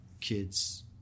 kids